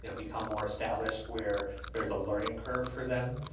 you know become more established where there's a learning curve for them?